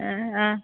ಹಾಂ ಹಾಂ